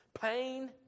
Pain